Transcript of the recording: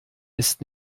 ist